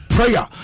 Prayer